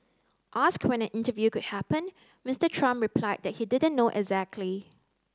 asked when an interview could happen Mister Trump replied that he didn't know exactly